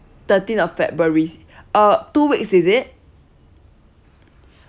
thirteen of february uh two weeks is it